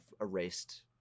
erased